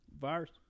virus